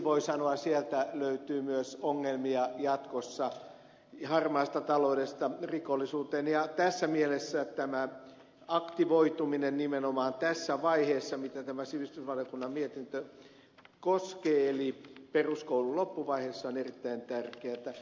voi sanoa että sieltä löytyy myös ongelmia jatkossa harmaasta taloudesta rikollisuuteen ja tässä mielessä nimenomaan tässä vaiheessa tämä aktivoituminen jota tämä sivistysvaliokunnan mietintö koskee eli peruskoulun loppuvaiheessa on erittäin tärkeätä